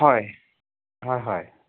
হয় হয় হয়